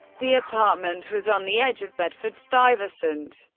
the apartment was on the edge of bedford-stuyvesant,